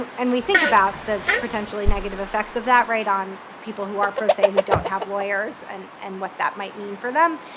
and we think about the potentially negative effects of that on people who are pro se who don't have lawyers and and what that might mean for them.